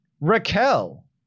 Raquel